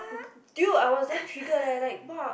dude I was damn trigger leh like bark